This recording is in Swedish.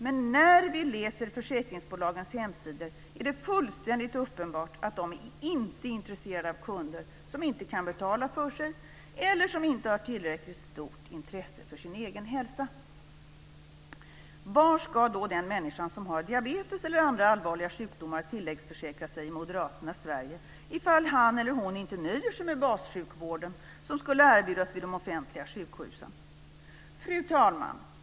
Men när vi läser försäkringsbolagens hemsidor är det fullständigt uppenbart att de inte är intresserade av kunder som inte kan betala för sig eller som inte har tillräckligt stort intresse för sin egen hälsa. Var ska då den människa som har diabetes eller andra allvarliga sjukdomar tilläggsförsäkra sig i moderaternas Sverige ifall han eller hon inte nöjer sig med bassjukvården som skulle erbjudas vid de offentliga sjukhusen? Fru talman!